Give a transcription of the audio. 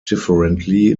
differently